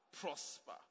prosper